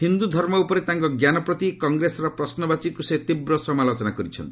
ହିନ୍ଦୁ ଧର୍ମ ଉପରେ ତାଙ୍କ ଞ୍ଜାନ ପ୍ରତି କଂଗ୍ରେସର ପ୍ରଶ୍ନବାଚୀକୁ ସେ ତୀବ୍ର ସମାଲୋଚନା କରିଛନ୍ତି